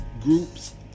groups